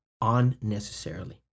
unnecessarily